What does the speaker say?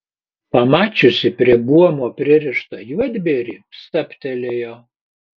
pamačiusi prie buomo pririštą juodbėrį stabtelėjo